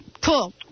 Cool